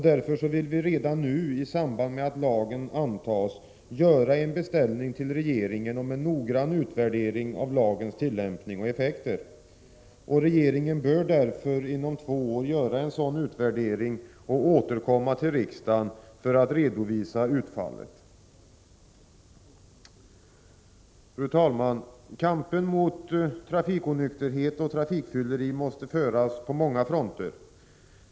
Därför vill vi redan nu i samband med att lagen antas göra en beställning till regeringen om en noggrann utvärdering av lagens tillämpning och effekter. Regeringen bör därför inom två år göra en sådan utvärdering och återkomma till riksdagen för att redovisa utfallet. Fru talman! Kampen mot trafikonykterhet och trafikfylleri måste föras på många fronter.